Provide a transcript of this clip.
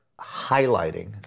highlighting